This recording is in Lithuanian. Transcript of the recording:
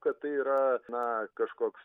kad tai yra na kažkoks